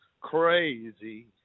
Crazy